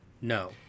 No